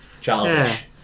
childish